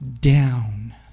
down